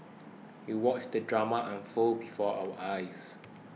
we watched the drama unfold before our eyes